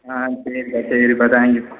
ஆ சரிப்பா சரிப்பா தேங்க்யூப்பா